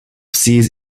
seas